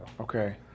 Okay